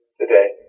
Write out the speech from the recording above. today